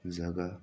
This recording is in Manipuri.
ꯖꯒꯥ